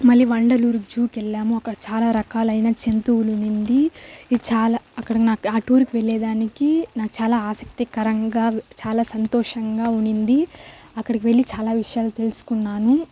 మళ్ళీ వండలూరు జూకు వెళ్ళాము అక్కడ చాలా రకాలైన జంతువులు ఉన్నింది చాలా అక్కడ నాకు ఆ టూర్కి వెళ్ళేదానికి నాకు చాలా ఆసక్తికరంగా చాలా సంతోషంగా ఉన్నింది అక్కడికి వెళ్ళి చాలా విషయాలు తెలుసుకున్నాను